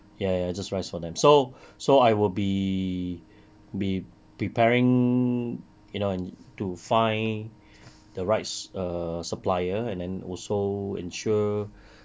ya ya just rice for them so so I will be be preparing you know to find the right err supplier and then also ensure